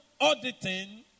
auditing